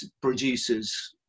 producers